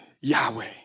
Yahweh